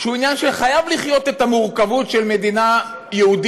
שהוא עניין שחייב לחיות את המורכבות של מדינה יהודית,